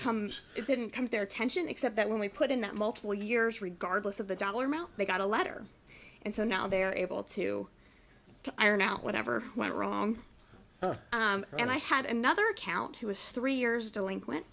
come it didn't come to their attention except that when we put in that multiple years regardless of the dollar amount they got a letter and so now they are able to to iron out whatever went wrong and i had another account who was three years delinquent